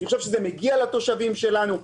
אני חושב שזה מגיע לתושבים שלנו.